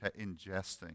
ingesting